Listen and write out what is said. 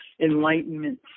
Enlightenment